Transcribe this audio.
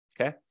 okay